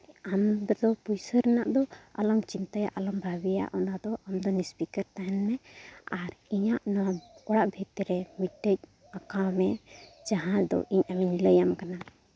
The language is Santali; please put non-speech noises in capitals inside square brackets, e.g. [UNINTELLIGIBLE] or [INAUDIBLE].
ᱟᱢᱫᱚ ᱯᱚᱭᱥᱟ ᱨᱮᱱᱟᱜ ᱫᱚ ᱟᱞᱚᱢ ᱪᱤᱱᱛᱟᱹᱭᱟ ᱟᱞᱚᱢ ᱵᱷᱟᱹᱵᱤᱭᱟ ᱚᱱᱟ ᱫᱚ ᱟᱢᱫᱚ [UNINTELLIGIBLE] ᱛᱟᱦᱮᱱ ᱢᱮ ᱟᱨ ᱤᱧᱟᱹᱜ ᱱᱚᱣᱟ ᱚᱲᱟᱜ ᱵᱷᱤᱛᱨᱮ ᱢᱤᱫᱴᱮᱱ ᱟᱸᱠᱟᱣ ᱢᱮ ᱡᱟᱦᱟᱸ ᱫᱚ ᱤᱧ ᱟᱹᱢᱤᱧ ᱞᱟᱹᱭᱟᱢ ᱠᱟᱱᱟ